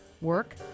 work